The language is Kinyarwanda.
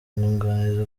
umwunganizi